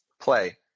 play